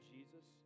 Jesus